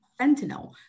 fentanyl